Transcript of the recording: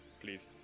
Please